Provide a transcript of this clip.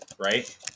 Right